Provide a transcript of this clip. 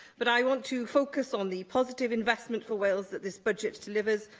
but i want to focus on the positive investment for wales that this budget delivers,